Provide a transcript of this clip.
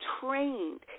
trained